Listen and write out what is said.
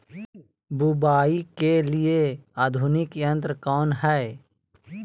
बुवाई के लिए आधुनिक यंत्र कौन हैय?